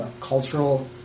cultural